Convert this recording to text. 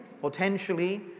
potentially